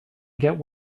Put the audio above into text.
get